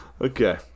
Okay